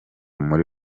muri